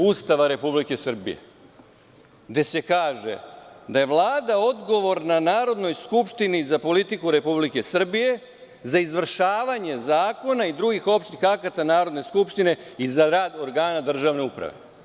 Ustava Republike Srbije gde se kaže da je Vlada odgovorna Narodnoj skupštini za politiku Republike Srbije, za izvršavanje zakona i drugih opštih akata Narodne skupštine i za rad organa državne uprave.